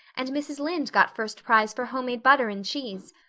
and mrs. lynde got first prize for homemade butter and cheese.